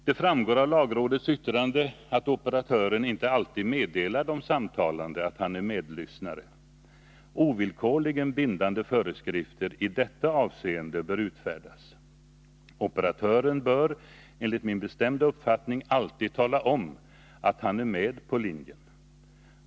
Det framgår av lagrådets yttrande att operatören inte alltid meddelar de samtalande att han är medlyssnare. Ovillkorligen bindande föreskrifter i detta avseende bör utfärdas. Operatören bör enligt min bestämda uppfattning alltid tala om att han är med på linjen.